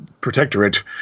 Protectorate